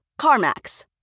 CarMax